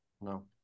No